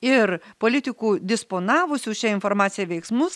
ir politikų disponavusių šia informacija veiksmus